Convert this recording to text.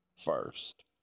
first